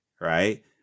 right